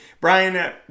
Brian